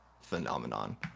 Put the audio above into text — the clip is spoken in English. phenomenon